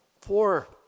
four